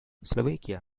slovakia